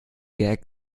gag